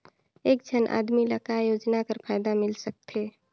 एक झन आदमी ला काय योजना कर फायदा मिल सकथे?